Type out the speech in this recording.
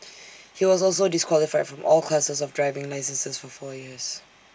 he was also disqualified from all classes of driving licenses for four years